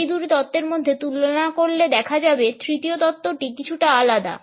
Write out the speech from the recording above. এই দুটি তত্ত্বের মধ্যে তুলনা করলে দেখা যাবে তৃতীয় তত্ত্বটি কিছুটা আলাদা